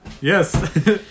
Yes